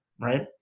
right